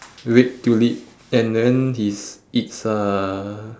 red tulip and then his its uh